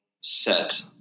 set